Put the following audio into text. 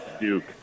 Duke